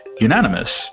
unanimous